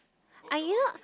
are you not